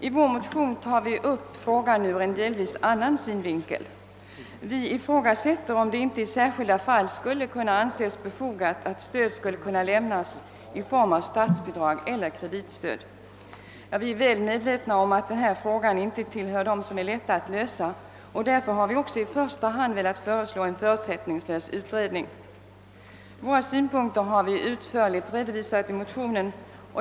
I vår motion tar vi upp frågan ur en annan synvinkel. Vi ifrågasätter, om det inte i särskilda fall skulle kunna anses befogat att stöd skulle kunna lämnas i form av statsbidrag eller kreditstöd. Vi är väl medvetna om att frågan inte tillhör de problem som är lätta att lösa, och därför har vi också i första hand velat föreslå en förutsättningslös utredning. Våra synpunkter har vi utförligt redovisat i motionen.